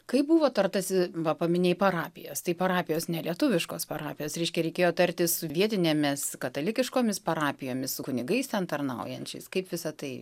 kaip buvo tartasi va paminėjai parapijas tai parapijos ne lietuviškos parapijos reiškia reikėjo tartis su vietinėmis katalikiškomis parapijomis su kunigais ten tarnaujančiais kaip visa tai